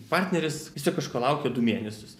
partneris vis tiek kažko laukia du mėnesius